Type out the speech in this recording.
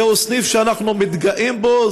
זהו סניף שאנחנו מתגאים בו,